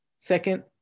second